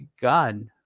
God